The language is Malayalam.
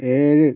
ഏഴ്